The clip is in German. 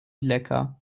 lecker